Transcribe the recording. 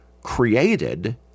created